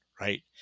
right